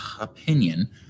opinion